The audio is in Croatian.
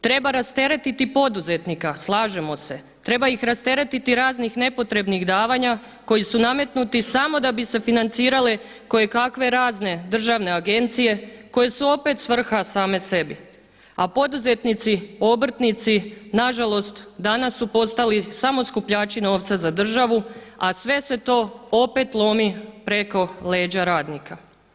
Treba rasteretiti poduzetnika, slažemo se, treba ih rasteretiti raznih nepotrebnih davanja koji su nametnuti samo da bi se financirale kojekakve razne državne agencije koje su opet svrha same sebi, a poduzetnici, obrtnici na žalost danas su postali samo skupljači novca za državu, a sve se to opet lomi preko leđa radnika.